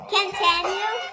Continue